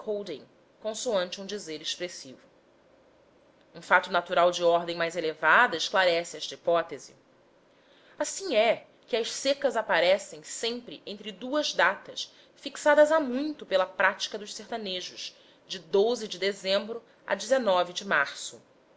a dynamic colding consoante um dizer expressivo um fato natural de ordem mais elevada esclarece esta hipótese assim é que as secas aparecem sempre entre duas datas fixadas há muito pela prática dos sertanejos de de dezembro a de março